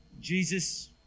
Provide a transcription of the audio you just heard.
Jesus